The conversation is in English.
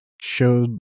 showed